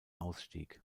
ausstieg